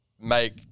make